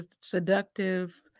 seductive